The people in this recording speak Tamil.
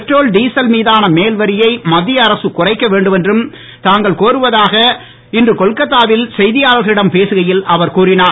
பெட்ரோல் டீசல் மீதான மேல் வரியை மத்திய அரசு குறைக்க வேண்டும் என்றும் தாங்கள் கோருவதாக இன்று கொல்கத்தாவில் செய்தியாளர்களிடம் பேசுகையில் அவர் கூறினார்